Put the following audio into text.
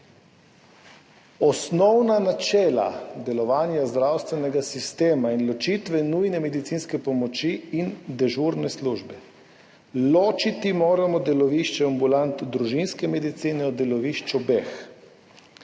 Osnovna načela delovanja zdravstvenega sistema in ločitve nujne medicinske pomoči in dežurne službe – ločiti moramo delovišče ambulant družinske medicine od delovišč obeh.